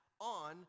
on